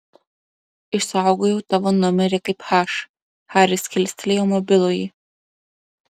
išsaugojau tavo numerį kaip h haris kilstelėjo mobilųjį